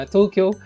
Tokyo